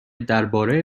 درباره